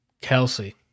Kelsey